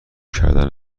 کردن